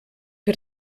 per